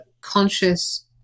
conscious